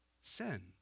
sin